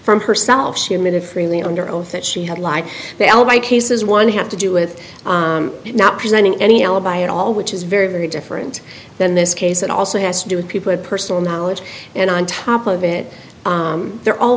from herself she admitted freely under oath that she had lied the alibi case is one have to do with not presenting any alibi at all which is very very different than this case it also has to do with people have personal knowledge and on top of it they're all